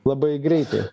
labai greitai